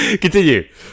Continue